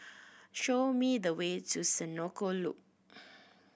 show me the way to Senoko Loop